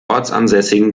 ortsansässigen